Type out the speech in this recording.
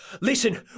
Listen